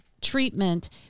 treatment